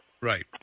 Right